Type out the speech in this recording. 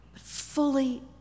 fully